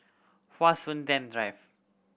Hua Sui Ten Drive